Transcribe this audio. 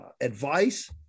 advice